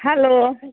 hello